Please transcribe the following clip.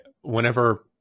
whenever